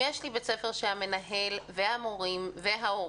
אם יש בית ספר שהמנהל והמורים וההורים